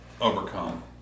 Overcome